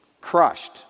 crushed